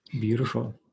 Beautiful